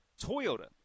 Toyota